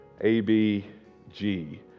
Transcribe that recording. A-B-G